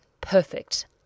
perfect